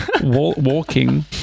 walking